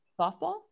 softball